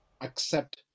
accept